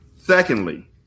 Secondly